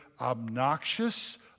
obnoxious